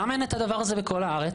למה אין את הדבר הזה בכל הארץ?